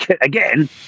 again